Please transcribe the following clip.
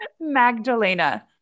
Magdalena